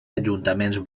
ajuntaments